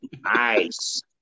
Nice